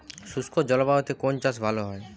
শুষ্ক জলবায়ুতে কোন চাষ ভালো হয়?